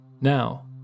Now